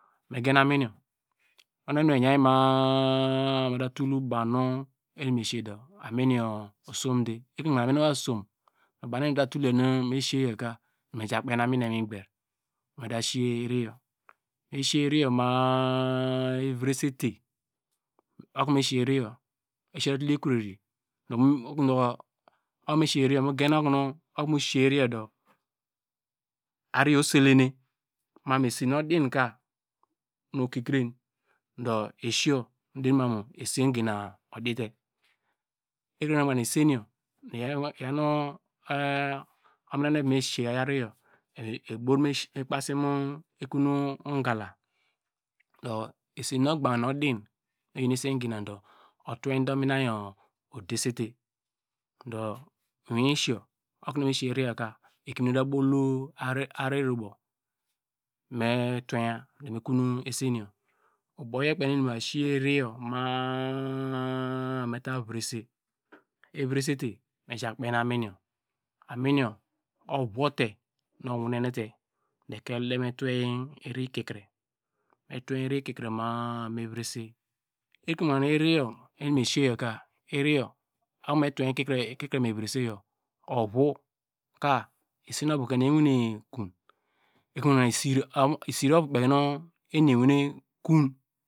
Meyen amin yor, oho amin mu yoku maka motu tul baona tro ono sowedu amin yor osomde, ekurenu ogbanke amin yor omasona bawnu eni etuu mesiqe yorke meja kpene amin yor imiger meda siye enu yuu me siye iri yor ma- a eyresete, okome siye iru youu misiye tatul ekro ri okome siye iriyour, mogen okonu okome siye mi yuu ariyor. Oselene ma tuon esen odinka nu okikrea do esiyor muderi mamu esen gina odite ekrenu oqbanke esen yor mu omina nu evo mesise ariyor ebro me kpasimu igala do esen muoqbanke odin esen ginadu utuwe de omina yor odesete do eyiesiyor okome siye ominaka muvra bawlo ari bubow, me tuweya me konu esenyor, ubowyor kpei nu eni me va siye iriyor ma- a meta vresa evtesete me ja kpene aminyor, aminyor ovowote owunenete baw ekel de tuwe iri yor kre me tuwe iri kikre ma-̄ā me vrese ekrenu oqbanke iriyor nu eni me siye yorka, iri yor, okonu me tuwen ikikre mevresa yerka, ovui ka esen ovu ka eni ewane kon ekrendu oqbanke isiri ovuu kpi nu eqiewane kon.